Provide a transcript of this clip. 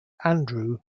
andrew